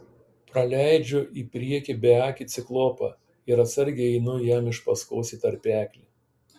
praleidžiu į priekį beakį ciklopą ir atsargiai įeinu jam iš paskos į tarpeklį